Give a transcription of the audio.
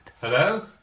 Hello